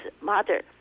mother